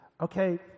okay